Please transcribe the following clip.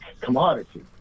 commodity